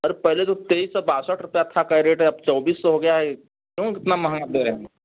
अरे पहले तो तेईस सौ बासठ रुपया था कैरेट अब चौबीस हो गया है क्यों इतना महंगा दे रहे हैं